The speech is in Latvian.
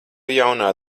jaunā